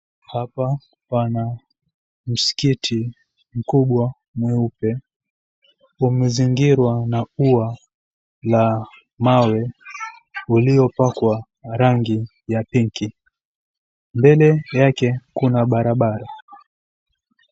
Hapa pana msikiti mkubwa mweupe. Umezingirwa na ua la mawe, uliopakwa rangi ya pink . Mbele yake, kuna barabara.